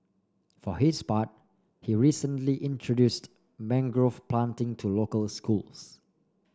for his part he recently introduced mangrove planting to local schools